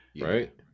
Right